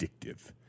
addictive